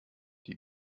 die